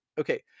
Okay